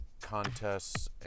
contests